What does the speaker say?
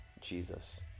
Jesus